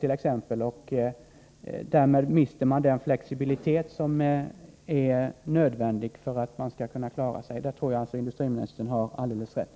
Därmed mister underleverantörerna den flexibilitet som är nödvändig för att de skall kunna klara sig. På den punkten tror jag att industriministern har alldeles rätt.